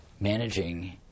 managing